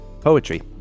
poetry